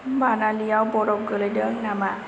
मानालियाव बरफ गोग्लैदों नामा